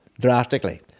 drastically